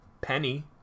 penny